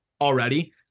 already